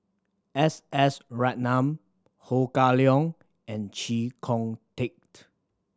S S Ratnam Ho Kah Leong and Chee Kong Tet